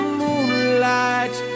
moonlight